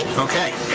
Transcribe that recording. okay.